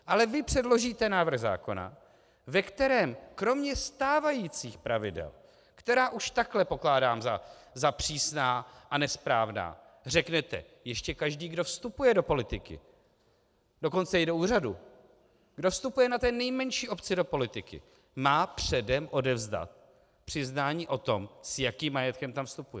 Ale vy předložíte návrh zákona, ve kterém kromě stávajících pravidel, která už takhle pokládám za přísná a nesprávná, řeknete ještě, každý, kdo vstupuje do politiky, dokonce i do úřadu, kdo vstupuje na té nejmenší obci do politiky, má předem odevzdat přiznání o tom, s jakým majetkem tam vstupuje.